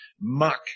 muck